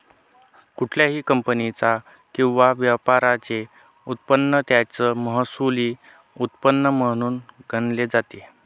कुठल्याही कंपनीचा किंवा व्यापाराचे उत्पन्न त्याचं महसुली उत्पन्न म्हणून गणले जाते